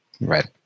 right